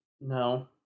No